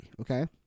Okay